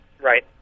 Right